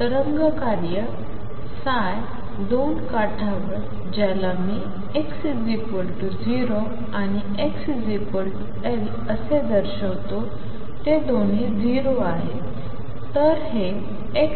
तरंग कार्य ψ दोन काठावर ज्याला मी x0 आणि xL असे दर्शवितो ते दोन्ही आहेत 0